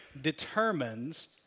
determines